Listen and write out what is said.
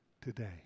today